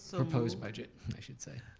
so proposed budget, i should say.